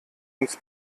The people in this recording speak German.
uns